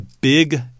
Big